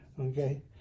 Okay